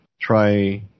try